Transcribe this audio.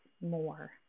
more